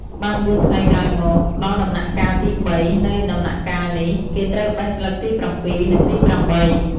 បានបួនថ្ងៃក្រោយមក ដល់ដំណាក់កាលទី៣ នៅដំណាក់កាលនេះ គេត្រូវបេះស្លឹកទី៧ និងទី៨។